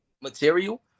material